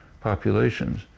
populations